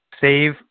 Save